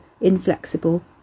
inflexible